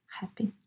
happy